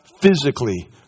physically